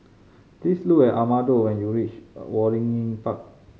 please look an Amado when you reach Waringin Park